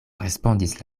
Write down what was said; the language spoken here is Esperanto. respondis